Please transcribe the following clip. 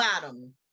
bottom